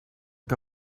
que